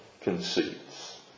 conceits